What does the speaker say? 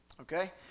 Okay